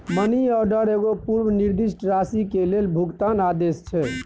money order एगो पूर्व निर्दिष्ट राशि के लेल भुगतान आदेश छै